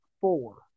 four